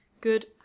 good